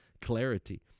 clarity